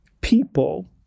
people